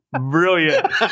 Brilliant